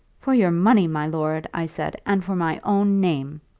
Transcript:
for your money, my lord i said, and for my own name